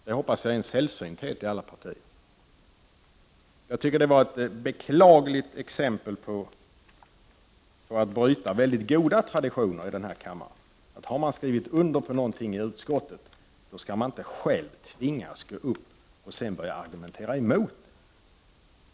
Jag hoppas detta är en sällsynthet Jag tycker det är ett beklagligt exempel på att bryta väldigt goda traditioner i denna kammare. Har man skrivit under något i utskottet skall man inte tvingas att själv gå upp och börja argumentera emot.